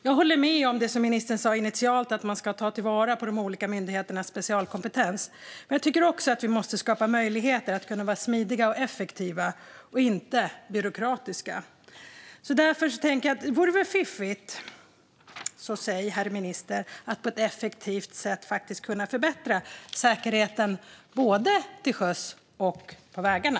Jag håller med om det som ministern sa initialt om att man ska ta till vara de olika myndigheternas specialkompetens. Men jag tycker också att vi måste skapa möjligheter att vara smidiga och effektiva och inte byråkratiska. Vore det inte fiffigt så säg, herr minister, att på ett effektivt sätt kunna förbättra säkerheten både till sjöss och på vägarna?